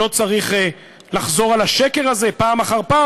לא צריך לחזור על השקר הזה פעם אחר פעם?